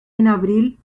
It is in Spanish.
abril